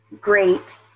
great